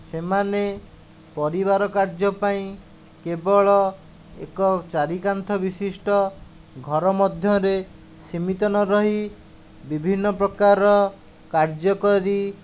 ସେମାନେ ପରିବାର କାର୍ଯ୍ୟ ପାଇଁ କେବଳ ଏକ ଚାରିକାନ୍ଥବିଶିଷ୍ଟ ଘର ମଧ୍ୟରେ ସୀମିତ ନରହି ବିଭିନ୍ନ ପ୍ରକାରର କାର୍ଯ୍ୟ କରି